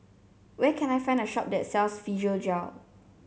where can I find a shop that sells Physiogel